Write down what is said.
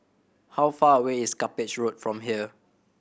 how far away is Cuppage Road from here